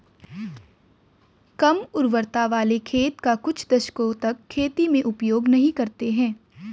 कम उर्वरता वाले खेत का कुछ दशकों तक खेती में उपयोग नहीं करते हैं